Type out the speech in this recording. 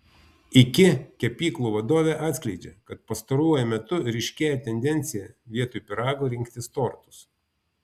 iki kepyklų vadovė atskleidžia kad pastaruoju metu ryškėja tendencija vietoj pyragų rinktis tortus